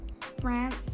france